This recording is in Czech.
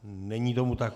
Není tomu tak.